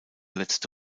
letzte